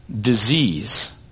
disease